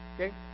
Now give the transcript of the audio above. Okay